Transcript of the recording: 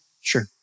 Sure